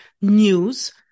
news